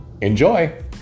Enjoy